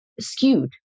skewed